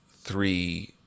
three